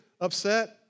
upset